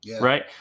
right